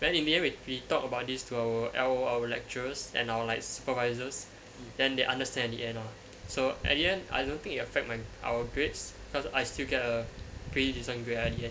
then in the end we we talked about this to our L_O our lecturers and our like supervisors then they understand in the end ah so in the end I don't think it affected my our grades because I still got a pretty decent grade ah in the end